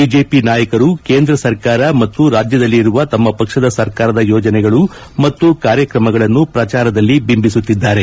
BJP ನಾಯಕರು ಕೇಂದ್ರ ಸರ್ಕಾರ ಮತ್ತು ರಾಜ್ಯದಲ್ಲಿ ಇರುವ ತಮ್ಮ ಪಕ್ಷದ ಸರ್ಕಾರದ ಯೋಜನೆಗಳು ಮತ್ತು ಕಾರ್ಯಕ್ರಮಗಳನ್ನು ಪ್ರಚಾರದಲ್ಲಿ ಬಿಂಬಿಸುತ್ತಿದ್ದಾರೆ